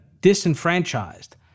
disenfranchised